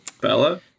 Bella